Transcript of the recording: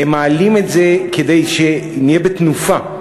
הם מעלים את זה כדי שנהיה בתנופה,